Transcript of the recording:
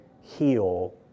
heal